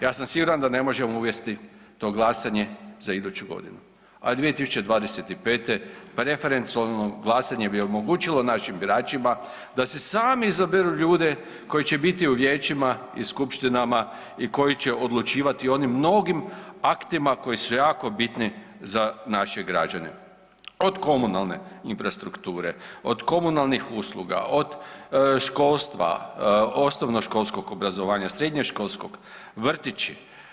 Ja sam siguran da ne možemo uvesti to glasanje za iduću godinu, a 2025. preferencionalno glasanje bi omogućilo našim biračima da si sami izaberu ljude koji će biti u vijećima i skupštinama i koji će odlučivati o onim mnogim aktima koji su jako bitni za naše građane od komunalne infrastrukture, od komunalnih usluga, od školstva, od osnovnoškolskog obrazovanja, srednjoškolskog, vrtići.